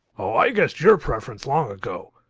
oh, i guessed your preference long ago.